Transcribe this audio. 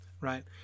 right